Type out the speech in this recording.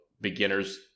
beginners